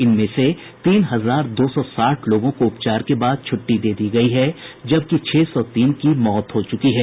इनमें से तीन हजार दो सौ साठ लोगों को उपचार के बाद छुट्टी दे दी गयी है जबकि छह सौ तीन की मौत हो चुकी है